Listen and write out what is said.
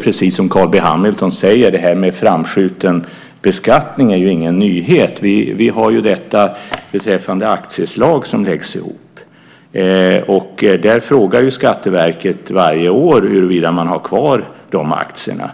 Precis som Carl B Hamilton säger är framskjuten beskattning ingen nyhet. Den finns beträffande aktieslag som läggs ihop. Där frågar Skatteverket varje år huruvida man har kvar de aktierna.